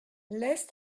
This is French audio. laisse